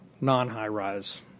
non-high-rise